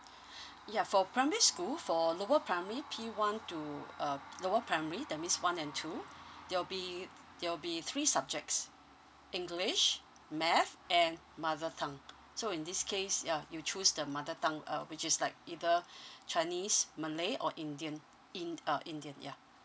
ya for primary school for lower primary P one to uh lower primary that means one and two there'll be there'll be three subjects english math and mother tongue so in this case ya you choose the mother tongue uh which is like either chinese malay or indian in~ uh indian ya